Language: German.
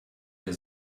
der